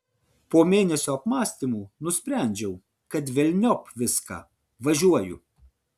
po mėnesio apmąstymų nusprendžiau kad velniop viską važiuoju